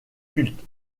culte